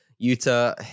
Utah